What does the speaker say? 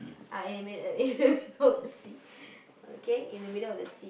I mean in the middle of the sea okay in the middle of the sea